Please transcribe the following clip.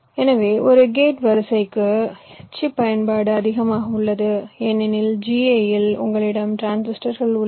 எனவே ஒரு கேட் வரிசைக்கு சிப் பயன்பாடு அதிகமாக உள்ளது ஏனெனில் GA இல் உங்களிடம் டிரான்சிஸ்டர்கள் உள்ளன